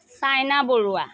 China Barua